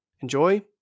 enjoy